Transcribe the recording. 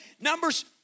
Numbers